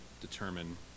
determine